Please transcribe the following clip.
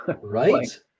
Right